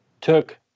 took